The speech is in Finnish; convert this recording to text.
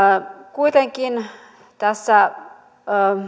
kuitenkin tässä